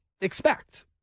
expect